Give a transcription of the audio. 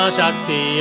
Shakti